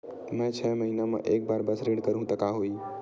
मैं छै महीना म एक बार बस ऋण करहु त का होही?